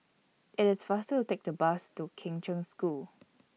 IT IS faster to Take The Bus to Kheng Cheng School